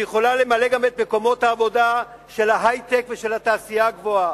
שיכולה למלא גם את מקומות העבודה של ההיי-טק ושל התעשייה הגבוהה,